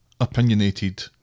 opinionated